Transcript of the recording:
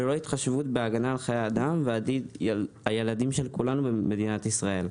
ללא התחשבות בהגנה על חיי אדם ועל עתיד ילדי מדינת ישראל.